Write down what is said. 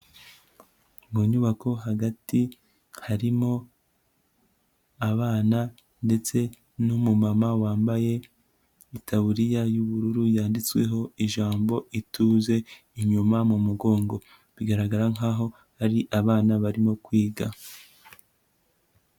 Mu nyubako hagati harimo abana ndetse n'umumama wambaye itaburiya y'ubururu yanditsweho ijambo " ituze" inyuma mu mugongo, bigaragara nkaho ari abana barimo kwiga.